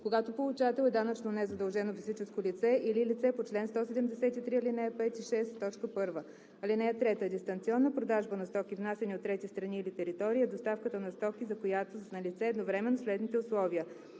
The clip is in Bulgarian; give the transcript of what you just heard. когато получател е данъчно незадължено физическо лице или лице по чл. 173, ал. 5 и 6, т. 1. (3) Дистанционна продажба на стоки, внасяни от трети страни или територии, е доставката на стоки, за която са налице едновременно следните условия: